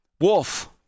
Wolf